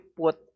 put